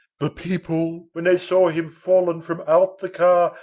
the people when they saw him fallen from out the car,